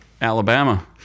Alabama